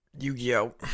Yu-Gi-Oh